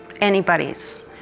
Anybody's